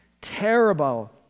Terrible